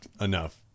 enough